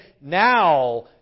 now